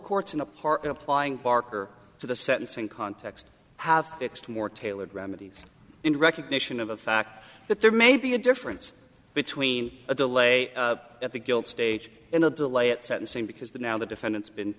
court's in a part in applying parker to the sentencing context have fixed more tailored remedies in recognition of a fact that there may be a difference between a delay at the guilt stage in a delay at sentencing because the now the defendant's been